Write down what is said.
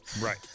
Right